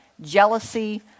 jealousy